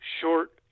short